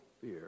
fear